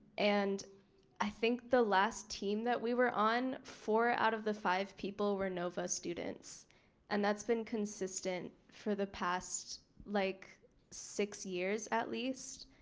and i think the last team that we were on four out of the five people were nova students and that's been consistent for the past like years at least.